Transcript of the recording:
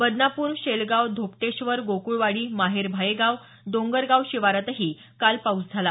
बदनापूर शेलगाव धोपटेश्वर गोक्ळवाडी माहेर भायेगाव डोंगरगाव शिवारातही काल पाऊस झाला